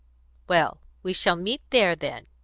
well, we shall meet there, then.